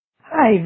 Hi